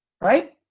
right